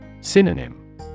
Synonym